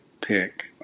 pick